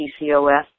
PCOS